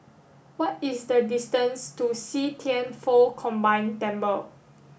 what is the distance to See Thian Foh Combined Temple